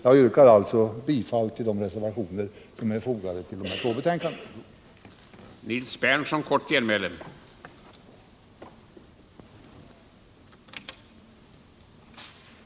Jag hemställer om bifall till de reservationer som är fogade vid de betänkanden av skatteutskottet som vi nu behandlar.